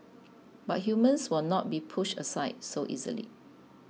but humans will not be pushed aside so easily